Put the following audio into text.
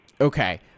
okay